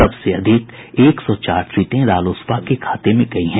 सबसे अधिक एक सौ चार सीटें रालोसपा के खाते में गयी हैं